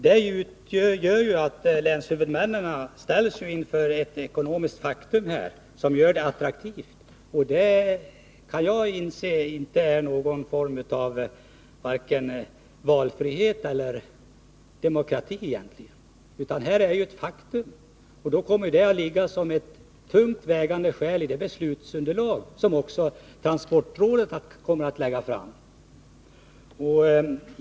Detta innebär, att länshuvudmännen ställs inför ett ekonomiskt faktum, som gör detta alternativ attraktivt. Jag kan inte se att det betyder vare sig valfrihet eller demokrati — utan detta är ett faktum, och det kommer att ligga som ett tungt vägande skäl i det beslutsunderlag som också transportrådet kommer att lägga fram.